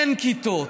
אין כיתות,